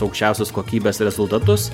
aukščiausios kokybės rezultatus